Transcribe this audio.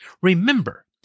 remember